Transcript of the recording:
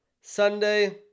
Sunday